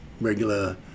regular